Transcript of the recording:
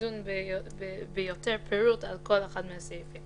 נדון בפירוט יותר בכל אחד מהסעיפים.